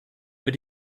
wird